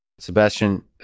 Sebastian